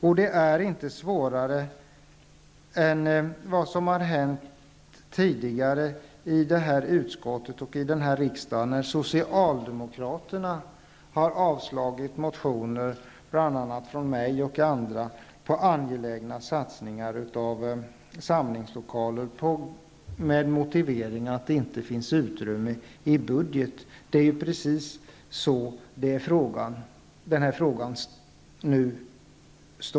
Det är inte heller svårare än det som har hänt tidigare i detta utskott och i denna riksdag när socialdemokraterna har avslagit motioner, bl.a. från mig och andra, om angelägna satsningar på samlingslokaler med motiveringen att det inte finns utrymme i budgeten. Det är precis så det är nu.